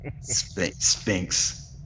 Sphinx